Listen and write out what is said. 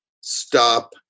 stop